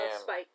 Spike